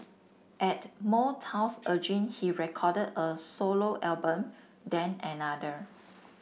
at Motown's urging he recorded a solo album then another